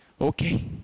Okay